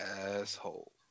Asshole